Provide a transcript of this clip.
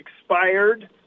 expired